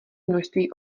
množství